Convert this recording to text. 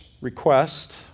request